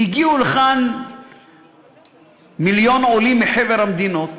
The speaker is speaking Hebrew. הגיעו לכאן מיליון עולים מחבר המדינות.